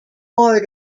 ore